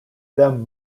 them